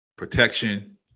protection